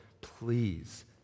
please